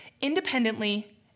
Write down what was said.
independently